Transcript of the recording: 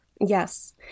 Yes